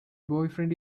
boyfriend